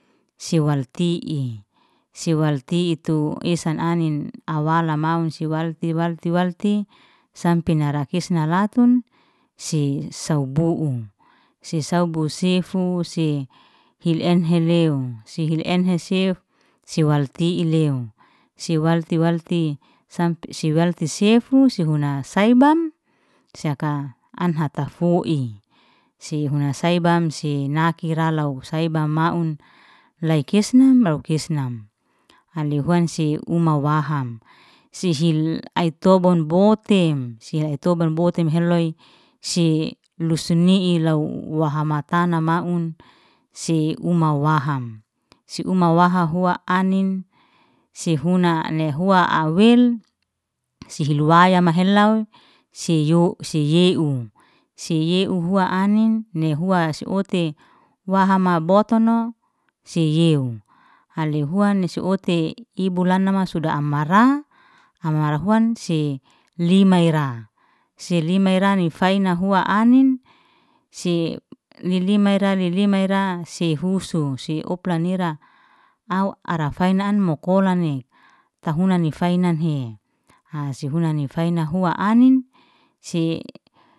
Si walti i siwalti tu esen anin au wala maun, si wal tiwal tiwalti sampe nara kesna latun, sei sabohun sei sabou sefu sei hil enheleo, si hil enhe sef si walti ileo si walti walti sampe si walti sefu si huna sai bam syanhata fo'isi huna sai bam si nakira lau saiba maun, laikisnen laikisnam ai lehuan sei uma waham, se hil ai tobun botem, sia ai tobem botem heloy si lusni'i lau waha matana maun, sei uma waham si uma wahahua anin si huna ne huwa awil si hilu waya mahelau si you si ye'u, si yehu hua anin nehua si uti. Wahama botuno sei ye'u. Haley huan sei ute i bula nama suda amara, amara huan sei lima ira, sei lima ira ni faina hu anin, sei lilima ira lilima ira se husu se opla nira au ara faina'an mukolani, tahunani fai nan'hi ha si huna faina hua anin se.